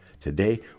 Today